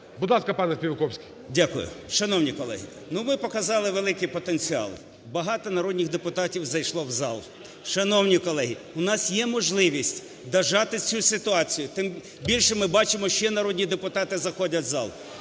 Дякую. Шановні колеги, ну, ми показали великий потенціал, багато народних депутатів зайшло у зал. Шановні колеги, у нас є можливість дожати цю ситуацію, тим більше, ми бачимо ще народні депутати заходять у зал.